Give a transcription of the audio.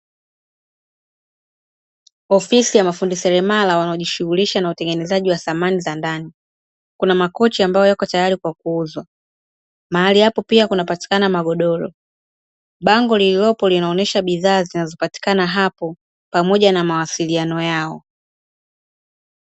Ofisi ya mafundi selemala wanaojishughulisha na utengenezaji wa thamani za ndani, kuna makochi ambayo yapo tayari kwa kuuzwa, mahali hapo pia kunapatikana magodoro pamoja na mawasiliano yao.